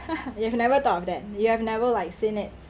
you have never thought of that you have never like seen it